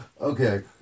Okay